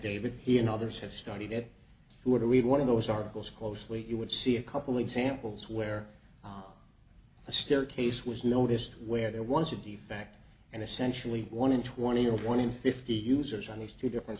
affidavit he and others have studied it who were to read one of those articles closely you would see a couple examples where the staircase was noticed where there was a defect and essentially one in twenty or one in fifty users on these two different